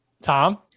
Tom